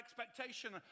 expectation